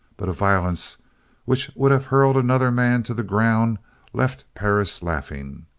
but a violence which would have hurled another man to the ground left perris laughing.